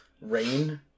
rain